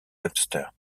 webster